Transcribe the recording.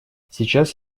сейчас